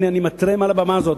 הנה אני מתרה מעל הבמה הזאת,